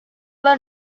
were